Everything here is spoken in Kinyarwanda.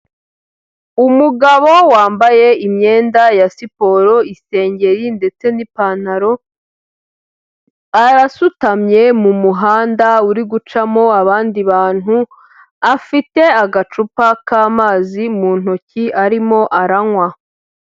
Umugabo wambaye imyenda ya siporo, isengeri ndetse n'ipantaro, arasutamye mu muhanda uri gucamo abandi bantu, afite agacupa k'amazi mu ntoki, arimo aranywa.